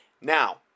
Now